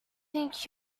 think